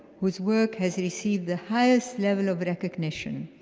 whose work has received the highest level of recognition.